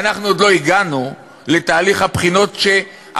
אנחנו עוד לא הגענו לתהליך הבחינות ברבנות הראשית,